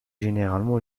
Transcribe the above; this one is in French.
généralement